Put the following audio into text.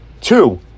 Two